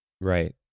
Right